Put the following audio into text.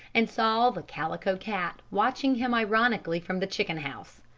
and saw the calico cat watching him ironically from the chicken-house.